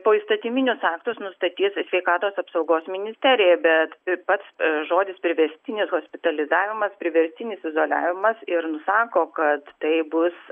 poįstatyminius aktus nustatys sveikatos apsaugos ministerija bet pats žodis priverstinis hospitalizavimas priverstinis izoliavimas ir nusako kad tai bus